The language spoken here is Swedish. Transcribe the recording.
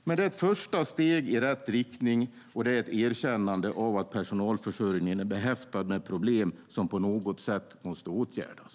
Men det är ett första steg i rätt riktning, och det är ett erkännande av att personalförsörjningen är behäftad med problem som på något sätt måste åtgärdas.